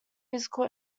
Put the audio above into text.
musical